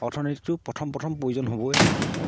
অৰ্থনীতিটো প্ৰথম প্ৰথম প্ৰয়োজন হ'বই